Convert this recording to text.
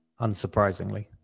Unsurprisingly